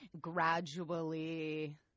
gradually